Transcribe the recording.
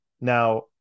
Now